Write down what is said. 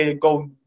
go